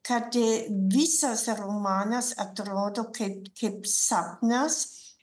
kad visas romanas atrodo kaip kaip sapnas